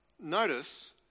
Notice